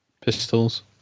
pistols